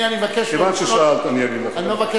אני אגיד לך.